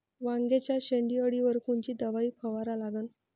वांग्याच्या शेंडी अळीवर कोनची दवाई फवारा लागन?